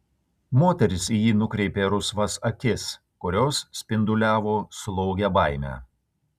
moteris į jį nukreipė rusvas akis kurios spinduliavo slogią baimę